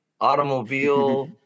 automobile